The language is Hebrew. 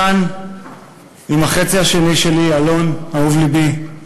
כאן עם החצי השני שלי, אלון, אהוב לבי.